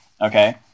Okay